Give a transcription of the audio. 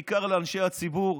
ובעיקר לאנשי הציבור,